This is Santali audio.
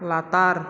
ᱞᱟᱛᱟᱨ